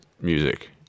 music